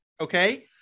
okay